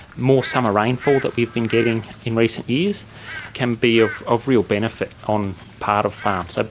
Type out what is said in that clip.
more summer rainfall that we've been getting in recent years can be of of real benefit on part of farms. ah